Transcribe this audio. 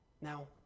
Now